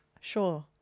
Sure